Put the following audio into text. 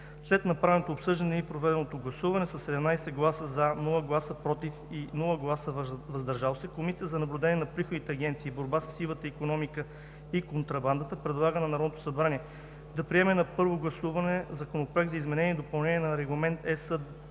След направеното обсъждане и проведеното гласуване със 17 гласа „за“, без „против“ и „въздържал се“ Комисията за наблюдение на приходните агенции и борба със сивата икономика и контрабандата, предлага на Народното събрание да приеме на първо гласуване Законопроект за изменение и допълнение на Регламент (ЕС)